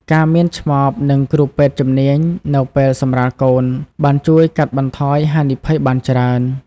ការមានឆ្មបនិងគ្រូពេទ្យជំនាញនៅពេលសម្រាលកូនបានជួយកាត់បន្ថយហានិភ័យបានច្រើន។